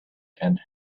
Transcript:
and